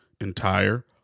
entire